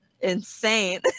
insane